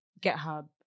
GitHub